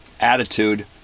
attitude